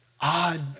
odd